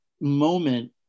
moment